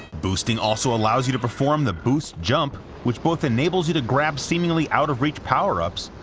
boosting also allows you to perform the boost jump, which both enables you to grab seemingly out-of-reach power-ups,